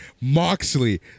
moxley